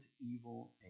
evil